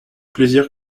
plaisir